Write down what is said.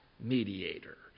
mediator